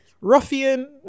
ruffian